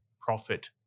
profit